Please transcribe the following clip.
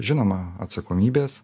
žinoma atsakomybės